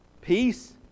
peace